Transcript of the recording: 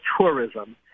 Tourism